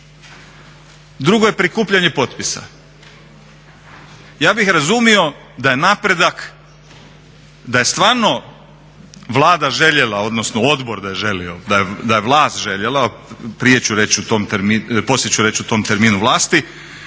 Drugo je prikupljanje potpisa. Ja bih razumio da je napredak, da je stvarno Vlada željela, odnosno odbor da je želio, da je vlast željela, prije ću reći u tom terminu,